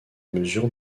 mesures